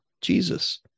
jesus